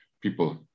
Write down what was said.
people